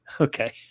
Okay